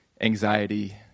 anxiety